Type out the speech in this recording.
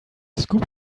scoop